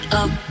up